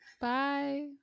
Bye